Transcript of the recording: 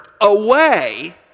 away